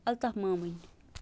Altaf مامٕنۍ